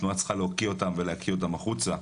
התנועה צריכה להוקיע אותם ולהקיא אותם החוצה.